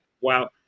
Wow